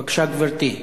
בבקשה, גברתי.